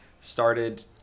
started